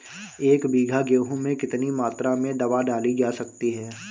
एक बीघा गेहूँ में कितनी मात्रा में दवा डाली जा सकती है?